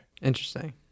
Interesting